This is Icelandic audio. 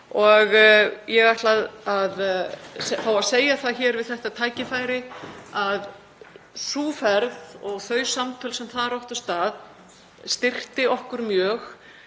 Ég ætla að fá að segja það hér við þetta tækifæri að sú ferð og þau samtöl sem þar áttu sér stað styrktu okkur mjög